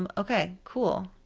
um okay, cool,